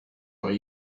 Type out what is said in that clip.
what